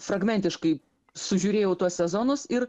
fragmentiškai sužiūrėjau tuos sezonus ir